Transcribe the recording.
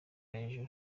hejuru